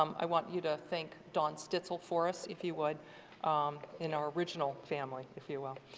um i want you to thank dawn stitzel for us if you would in our original family if you will.